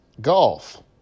golf